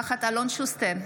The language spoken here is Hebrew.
אינה נוכחת אלון שוסטר,